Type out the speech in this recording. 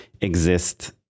exist